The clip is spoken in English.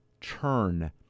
turn